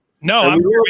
no